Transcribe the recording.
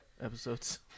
Episodes